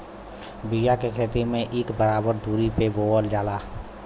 बिया के खेती में इक बराबर दुरी पे बोवल जाला